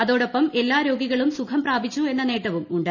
അതോടൊപ്പം എല്ലാ രോഗികളും സുഖം പ്രാപിച്ചു എന്ന നേട്ടവും ഉണ്ട്